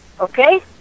Okay